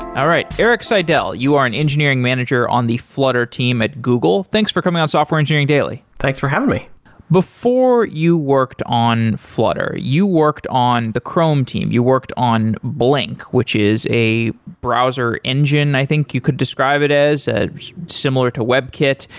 all right, eric seidel, you are an engineering manager on the flutter team at google, thanks for coming on software engineering daily thanks for having me before you worked on flutter, you worked on the chrome team, you worked on blink which is a browser engine, i think you could describe it as, similar to web kit.